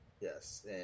Yes